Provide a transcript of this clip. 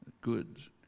goods